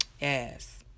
Yes